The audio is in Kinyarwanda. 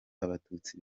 abatutsi